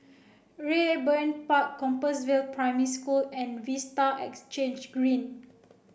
Raeburn Park Compassvale Primary School and Vista Exhange Green